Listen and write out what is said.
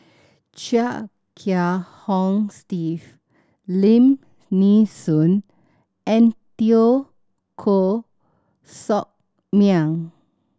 Chia Kiah Hong Steve Lim Nee Soon and Teo Koh Sock Miang